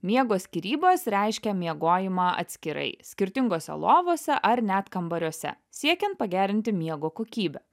miego skyrybos reiškia miegojimą atskirai skirtingose lovose ar net kambariuose siekiant pagerinti miego kokybę